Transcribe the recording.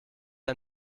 ein